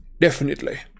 Definitely